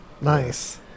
Nice